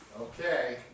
Okay